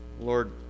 Lord